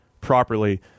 properly